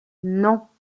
non